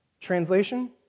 Translation